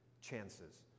Chances